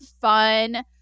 fun